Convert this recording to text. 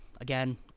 again